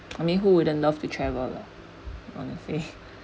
I mean who wouldn't love to travel lah honestly